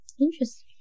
Interesting